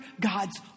God's